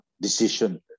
decision